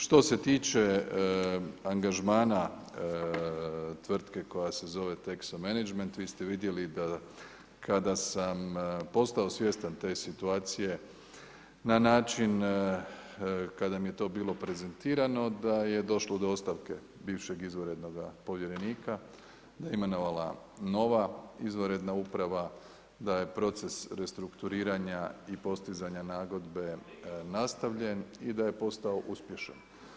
Što se tiče angažmana tvrtke koja se zove Texo Menagment, vi ste vidjeli da kada sam postao svjestan te situacije na način kada mi je to bilo prezentirano, da je došlo do ostavke bivšeg izvanrednog povjerenika, da je imenovana nova izvanredna uprava, da je proces restrukturiranja i postizanja nagodbe nastavljen i da je postao uspješan.